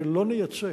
שלא נייצא,